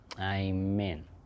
Amen